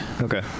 Okay